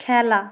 খেলা